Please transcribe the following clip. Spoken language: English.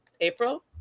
April